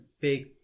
big